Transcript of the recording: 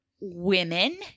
women